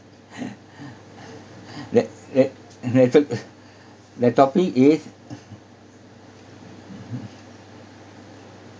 that that that top uh the topic is